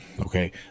Okay